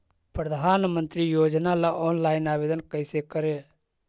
प्रधानमंत्री योजना ला ऑनलाइन आवेदन कैसे करे?